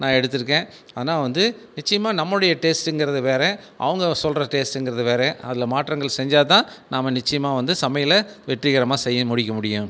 நான் எடுத்துருக்கேன் ஆனால் வந்து நிச்சியமாக நம்மளுடைய டேஸ்ட்டுங்கிறது வேறு அவங்க சொல்லுற டேஸ்ட்டுங்கிறது வேறு அதில் மாற்றங்கள் செஞ்சால் தான் நாம நிச்சியமாக வந்து சமையலை வெற்றிகரமாக செய்ய முடிக்க முடியும்